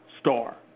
star